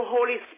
Holy